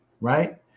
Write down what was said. Right